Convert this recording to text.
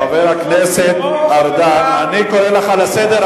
חבר הכנסת ארדן, אני קורא אותך לסדר.